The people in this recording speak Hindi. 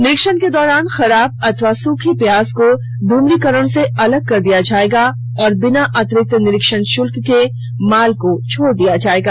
निरीक्षण के दौरान खराब अथवा सुखे प्याज को ध्म्रीकरण से अलग कर दिया जायेगा और बिना अतिरिक्त निरीक्षण शुल्क के माल को छोड दिया जायेगा